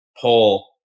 pull